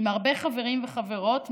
עם הרבה חברים וחברות,